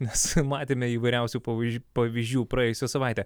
nes matėme įvairiausių pavyž pavyzdžių praėjusią savaitę